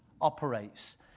operates